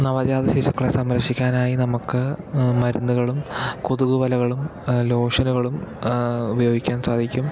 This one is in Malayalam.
നവജാത ശിശുക്കളെ സംരക്ഷിക്കാനായി നമുക്ക് മരുന്നുകളും കൊതുകു വലകളും ലോഷനുകളും ഉപയോഗിക്കാൻ സാധിക്കും